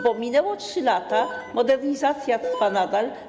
Bo minęły 3 lata, a modernizacja trwa nadal.